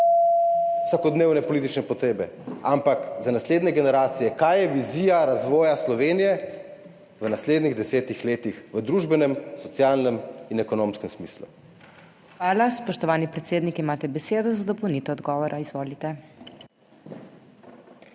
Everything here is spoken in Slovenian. vsakodnevne politične potrebe, ampak za naslednje generacije. Kaj je vizija razvoja Slovenije v naslednjih desetih letih v družbenem, socialnem in ekonomskem smislu? **PODPREDSEDNICA MAG. MEIRA HOT:** Hvala. Spoštovani predsednik, imate besedo za dopolnitev odgovora, izvolite.